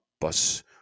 bus